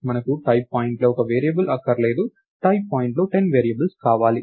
మనకు టైప్ పాయింట్లో ఒక వేరియబుల్ అక్కర్లేదు టైప్ పాయింట్లో 10 వేరియబుల్స్ కావాలి